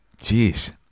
Jeez